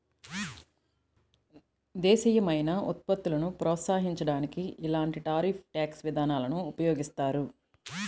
దేశీయమైన ఉత్పత్తులను ప్రోత్సహించడానికి ఇలాంటి టారిఫ్ ట్యాక్స్ విధానాలను ఉపయోగిస్తారు